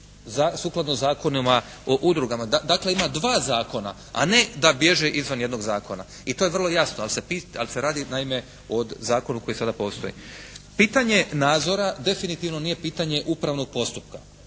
sukladno Zakonu o udrugama. Dakle ima dva zakona, a ne da bježe izvan jednog zakona. I to je vrlo jasno, ali se radi naime o zakonu koji sada postoji. Pitanje nadzora definitivno nije pitanje upravnog postupka.